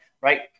Right